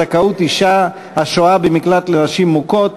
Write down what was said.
זכאות אישה השוהה במקלט לנשים מוכות),